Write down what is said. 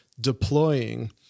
deploying